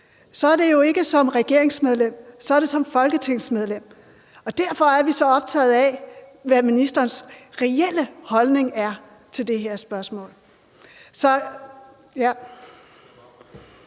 er det jo ikke som regeringsmedlem. Så er det som folketingsmedlem, og derfor er vi så optaget af, hvad ministerens reelle holdning er til det her spørgsmål.